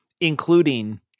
Including